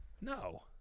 No